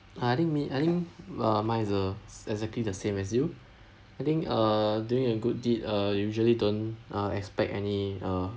I think me I think uh mine's a s~ exactly the same as you I think uh doing a good deed uh usually don't uh expect any uh